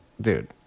dude